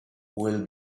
will